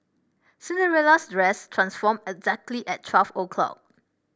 Cinderella's dress transformed exactly at twelve o'clock